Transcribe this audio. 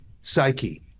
psyche